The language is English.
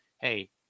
Hey